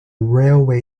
railway